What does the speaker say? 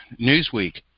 Newsweek